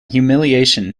humiliation